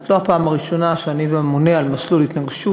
זאת לא הפעם הראשונה שאני והממונה על מסלול התנגשות